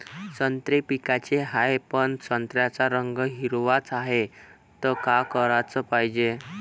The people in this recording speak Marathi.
संत्रे विकाचे हाये, पन संत्र्याचा रंग हिरवाच हाये, त का कराच पायजे?